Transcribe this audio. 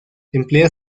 emplea